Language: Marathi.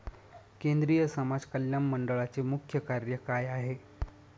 केंद्रिय समाज कल्याण मंडळाचे मुख्य कार्य काय आहे?